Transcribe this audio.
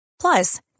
Plus